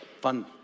fun